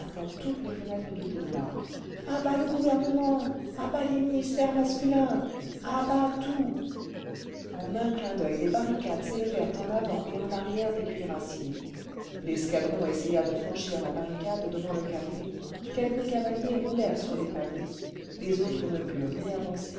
à toutes les fenêtres du boulevard a bas le gouvernement a bas les ministères masculins a bas tout en un clin d'oeil des barricades s'élevèrent en avant et en arrière des cuirassiers l'escadron essaya de franchir la barricade devant le café quelques cavaliers roulèrent sur les pavés les autres ne purent ni avancer